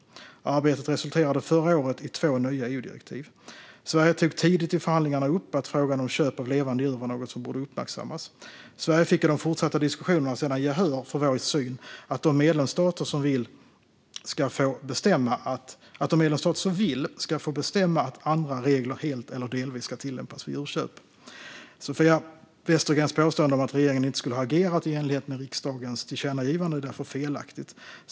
Arbetet resulterade förra året i två nya EU-direktiv. Sverige tog tidigt i förhandlingarna upp att frågan om köp av levande djur var något som borde uppmärksammas. Sverige fick i de fortsatta diskussionerna gehör för synen att de medlemsstater som vill ska få bestämma att andra regler helt eller delvis ska tillämpas vid djurköp. Sofia Westergrens påstående om att regeringen inte skulle ha agerat i enlighet med riksdagens tillkännagivande är därför felaktigt.